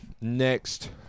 next